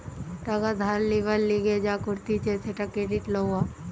টাকা ধার লিবার লিগে যা করতিছে সেটা ক্রেডিট লওয়া